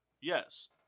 Yes